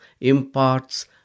imparts